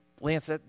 Lance